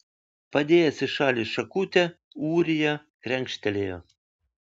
padėjęs į šalį šakutę ūrija krenkštelėjo